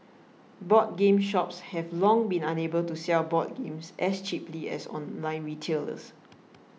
board game shops have long been unable to sell board games as cheaply as online retailers